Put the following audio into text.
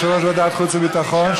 יושב-ראש ועדת חוץ וביטחון,